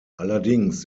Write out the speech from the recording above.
allerdings